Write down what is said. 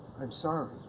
i'm sorry.